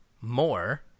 more